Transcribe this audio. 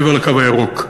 מעבר לקו הירוק.